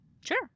Sure